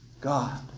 God